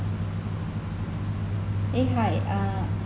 eh hi uh